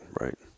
right